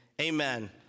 amen